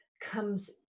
comes